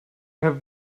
have